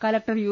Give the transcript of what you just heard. കല ക്ടർ യു